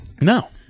No